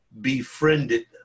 befriended